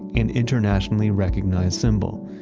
and internationally recognized symbol.